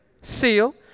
Seal